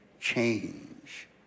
change